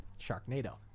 sharknado